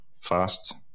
fast